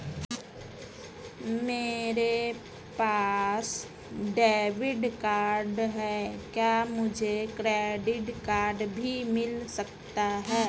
मेरे पास debit card है क्या मुझे क्रेडिट कार्ड भी मिल सकता है?